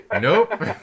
nope